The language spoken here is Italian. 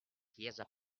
chiesa